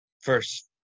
first